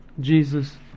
Jesus